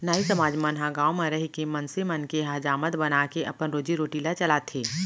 नाई समाज मन ह गाँव म रहिके मनसे मन के हजामत बनाके अपन रोजी रोटी ल चलाथे